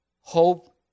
Hope